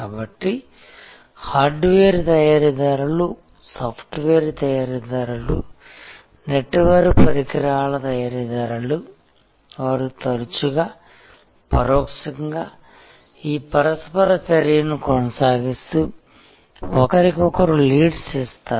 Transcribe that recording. కాబట్టి హార్డ్వేర్ తయారీదారులు సాఫ్ట్వేర్ తయారీదారులు నెట్వర్క్ పరికరాల తయారీదారులు వారు తరచుగా పరోక్షంగా ఈ పరస్పర చర్యను కొనసాగిస్తూ ఒకరికొకరు లీడ్స్ ఇస్తారు